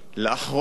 לאחרונה,